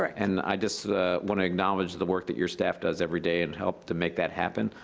and i just wanna acknowledge the work that your staff does every day and helps to make that happen.